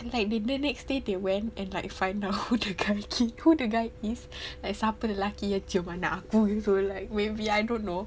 like then next day they went and like find out who the guy who the guy is like siapa lelaki yang cium anak aku you know it's like maybe I don't know